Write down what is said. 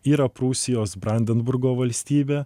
yra prūsijos brandenburgo valstybė